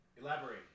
Elaborate